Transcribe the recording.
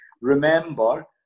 Remember